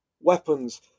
weapons